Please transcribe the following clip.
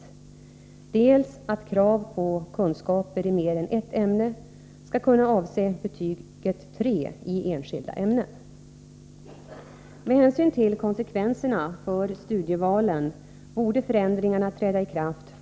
Då krav ställs på kunskaper i mer än ett ämne, betyder det att betyget 3 kan krävas i varje ämne, i stället för genomsnittsbetyget 3.